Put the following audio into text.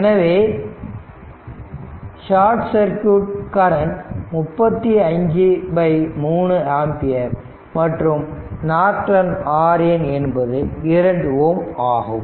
எனவே short circuit current 353 ampere மற்றும் Norton RN என்பது 2 ஓம் ஆகும்